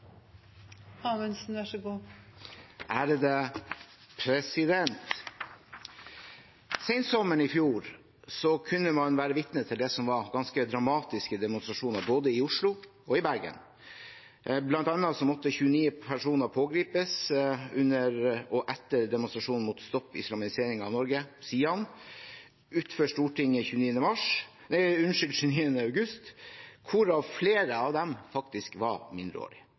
i fjor kunne man være vitne til det som var ganske dramatiske demonstrasjoner både i Oslo og i Bergen. Blant annet måtte 29 personer pågripes under og etter demonstrasjonen mot Stopp islamiseringen av Norge, SIAN, utenfor Stortinget 29. august, hvorav flere av dem faktisk var mindreårige.